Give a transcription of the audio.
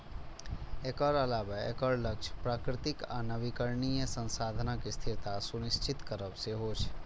एकर अलावे एकर लक्ष्य प्राकृतिक आ नवीकरणीय संसाधनक स्थिरता सुनिश्चित करब सेहो छै